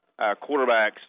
quarterbacks